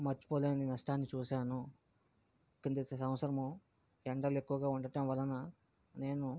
మర్చిపోలేని నష్టాన్ని చూశాను కిందిటి సంవత్సరము ఎండలు ఎక్కువగా ఉండటం వలన నేను